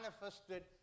manifested